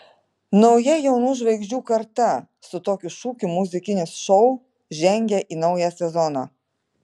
nauja jaunų žvaigždžių karta su tokiu šūkiu muzikinis šou žengia į naują sezoną